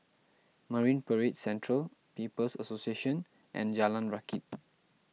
Marine Parade Central People's Association and Jalan Rakit